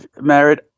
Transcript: married